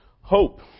hope